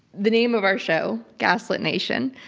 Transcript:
the name of our show, gaslit nation,